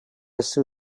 sue